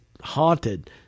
haunted